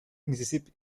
misisipi